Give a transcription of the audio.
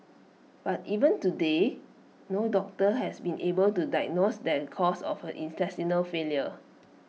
but even today no doctor has been able to diagnose the cause of her intestinal failure